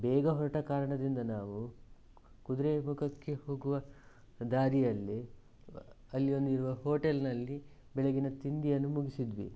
ಬೇಗ ಹೊರಟ ಕಾರಣದಿಂದ ನಾವು ಕುದುರೆಮುಖಕ್ಕೆ ಹೋಗುವ ದಾರಿಯಲ್ಲಿ ಅಲ್ಲಿ ಒಂದು ಇರುವ ಹೋಟೆಲ್ನಲ್ಲಿ ಬೆಳಗಿನ ತಿಂಡಿಯನ್ನು ಮುಗಿಸಿದ್ವಿ